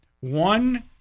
One